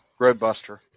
Roadbuster